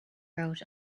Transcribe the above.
wrote